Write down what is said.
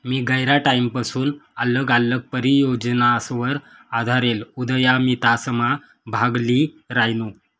मी गयरा टाईमपसून आल्लग आल्लग परियोजनासवर आधारेल उदयमितासमा भाग ल्ही रायनू